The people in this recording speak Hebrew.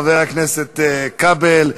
לא הצעות למערכת הבריאות הציבורית,